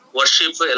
worship